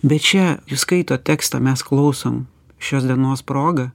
bet čia jūs skaitot tekstą mes klausom šios dienos proga